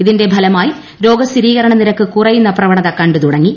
ഇതിങ്ങ് ഷ്മലമായി രോഗ സ്ഥിരീകരണ നിരക്ക് കുറയുന്ന പ്രവണത ക്ണ്ടു തുടങ്ങി